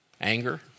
anger